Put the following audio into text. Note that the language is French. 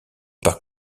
parc